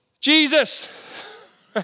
Jesus